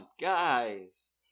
guys